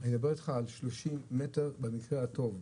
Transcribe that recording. במקרה הטוב,